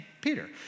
Peter